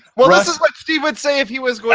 well this is what steve would say if he was